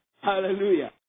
Hallelujah